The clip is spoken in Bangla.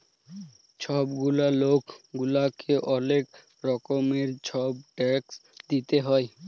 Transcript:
ছব গুলা লক গুলাকে অলেক রকমের ছব ট্যাক্স দিইতে হ্যয়